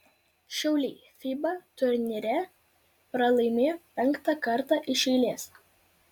šiauliai fiba turnyre pralaimėjo penktą kartą iš eilės